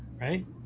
right